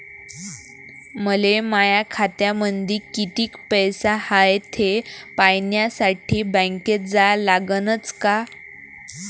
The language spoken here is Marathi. मले माया खात्यामंदी कितीक पैसा हाय थे पायन्यासाठी बँकेत जा लागनच का?